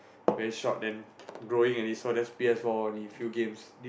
very short then growing already so just p_s-four only few games